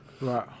Right